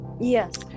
Yes